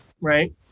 right